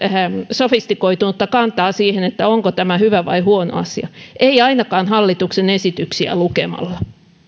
sofistikoitunutta kantaa siihen onko tämä hyvä vai huono asia ei ainakaan hallituksen esityksiä lukemalla